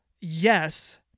yes